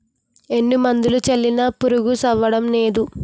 ఎన్ని మందులు జల్లినా పురుగు సవ్వడంనేదు